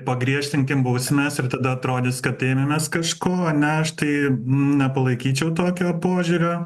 pagriežtinkim bausmes ir tada atrodys kad ėmėmės kažko ane aš tai nepalaikyčiau tokio požiūrio